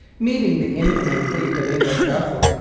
meeting the incoming fleet of english vessels,